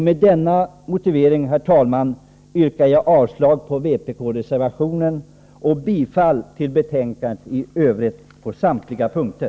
Med denna motivering, herr talman, yrkar jag avslag på vpk-reservationen och bifall till utskottets hemställan i övrigt på samtliga punkter.